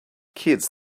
kids